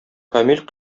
камил